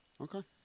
Okay